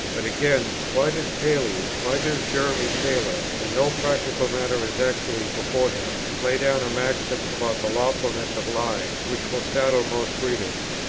but again, why does paley, why does jeremy taylor, when no practical matter is actually before him, lay down a maxim about the lawfulness of lying, which will startle most readers?